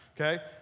okay